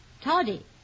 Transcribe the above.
Toddy